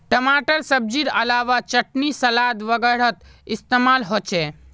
टमाटर सब्जिर अलावा चटनी सलाद वगैरहत इस्तेमाल होचे